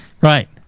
Right